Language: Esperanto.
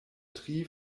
tri